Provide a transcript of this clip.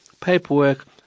paperwork